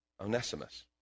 Onesimus